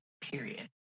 period